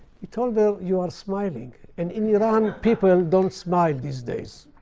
he told her, you are smiling. and in iran, people don't smile these days.